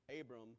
Abram